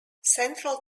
central